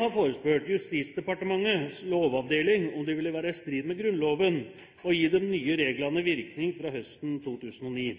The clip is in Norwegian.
har forespurt Justisdepartementets lovavdeling om det vil være i strid med Grunnloven å gi de nye reglene virkning fra høsten 2009.